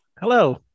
Hello